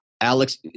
Alex